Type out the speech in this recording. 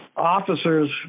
Officers